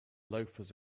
loafers